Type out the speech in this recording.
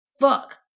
Fuck